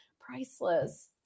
priceless